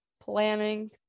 planning